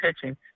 pitching